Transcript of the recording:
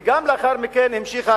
וגם לאחר מכן המשיכה,